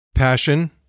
passion